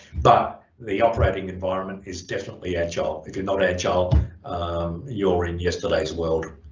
but the operating environment is definitely agile, if you're not agile you're in yesterday's world.